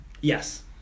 Yes